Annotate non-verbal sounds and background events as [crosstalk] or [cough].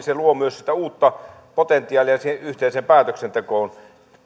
[unintelligible] se luo myös sitä uutta potentiaalia siihen yhteiseen päätöksentekoon